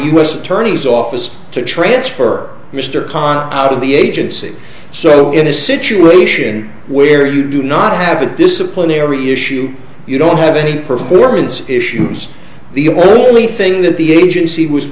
s attorney's office to transfer mr kahn out of the agency so in a situation where you do not have a disciplinary issue you don't have a performance issues the only thing that the agency was